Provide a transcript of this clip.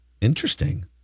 Interesting